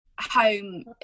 home